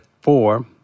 four